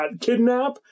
Kidnap